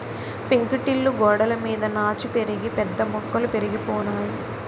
పెంకుటిల్లు గోడలమీద నాచు పెరిగి పెద్ద మొక్కలు పెరిగిపోనాయి